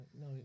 No